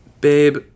Babe